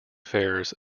fairs